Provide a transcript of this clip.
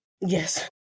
yes